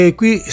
qui